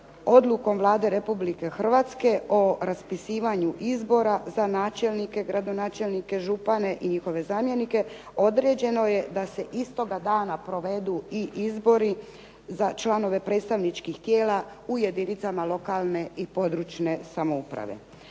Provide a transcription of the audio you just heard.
Odlukom Vlade Republike Hrvatske za raspisivanju izbora za načelnike, gradonačelnike, župane i njihove zamjenike, određeno je da se istoga dana provedu i izbori za članove predstavničkih tijela u jedinicama lokalne i područne (regionalne)